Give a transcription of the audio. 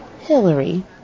Hillary